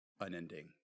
unending